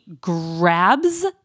grabs